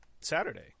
Saturday